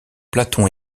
platon